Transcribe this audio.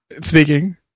Speaking